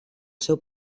seu